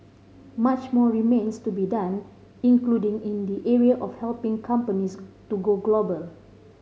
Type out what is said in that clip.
much more remains to be done including in the area of helping companies to go global